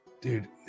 Dude